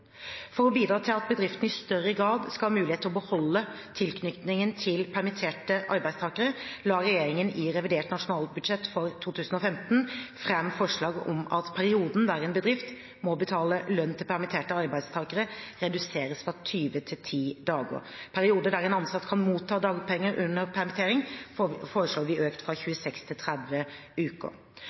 For å bidra til at bedriftene i større grad skal ha mulighet til å beholde tilknytningen til permitterte arbeidstakere, la regjeringen i revidert nasjonalbudsjett for 2015 fram forslag om at perioden der en bedrift må betale lønn til permitterte arbeidstakere, reduseres fra 20 til 10 dager. Perioden der en ansatt kan motta dagpenger under permittering, foreslår vi å øke fra 26 til 30 uker.